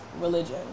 religion